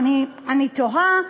אני תוהה,